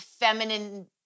feminine